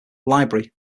library